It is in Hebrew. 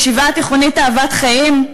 הישיבה התיכונית "אהבת חיים",